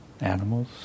animals